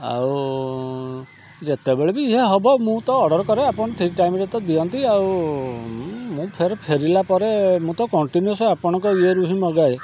ଆଉ ଯେତେବେଳେ ବି ଯାହା ହେବ ମୁଁ ତ ଅର୍ଡ଼ର୍ କରେ ଆପଣ ଠିକ୍ ଟାଇମ୍ରେ ତ ଦିଅନ୍ତି ଆଉ ମୁଁ ଫେରେ ଫେରିଲା ପରେ ମୁଁ ତ କଣ୍ଟିନ୍ୟୁୟସ୍ ଆପଣଙ୍କ ଇଏରୁ ହିଁ ମଗାଏ